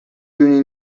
دونی